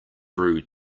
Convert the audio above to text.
brew